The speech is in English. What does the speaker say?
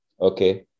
Okay